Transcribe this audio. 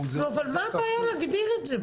או אזור כפרי נו אבל מה הבעיה להגדיר את זה,